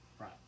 Right